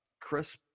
Chris